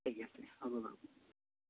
ঠিকে আছে হ'ব বাৰু